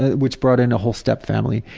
which brought in a whole stepfamily.